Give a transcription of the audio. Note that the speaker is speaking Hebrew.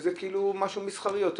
וזה כאילו משהו מסחרי יותר.